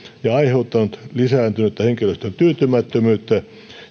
ja aiheuttanut lisääntynyttä henkilöstön tyytymättömyyttä